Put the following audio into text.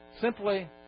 simply